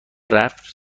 رفت